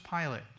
Pilate